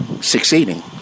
succeeding